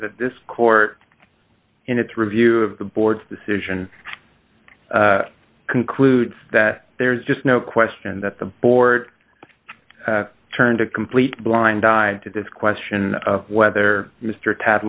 that this court in its review of the board's decision concludes that there's just no question that the board turned a complete blind eye to this question of whether mr tad